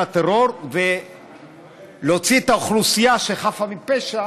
הטרור ולהוציא את האוכלוסייה שחפה מפשע